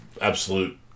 absolute